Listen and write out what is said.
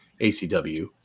ACW